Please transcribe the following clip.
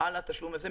על התשלום הזה,